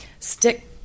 Stick